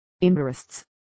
Interests